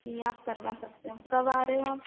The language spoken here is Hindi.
जी आप करवा सकते हो कब आ रहे हो आप